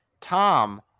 Tom